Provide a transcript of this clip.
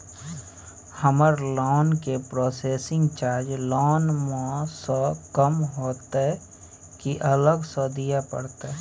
हमर लोन के processing charge loan म स कम होतै की अलग स दिए परतै?